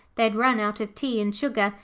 they had run out of tea and sugar,